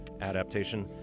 adaptation